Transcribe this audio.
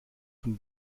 von